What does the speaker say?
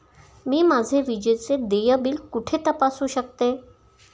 मी माझे विजेचे देय बिल कुठे तपासू शकते?